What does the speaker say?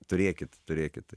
turėkit turėkit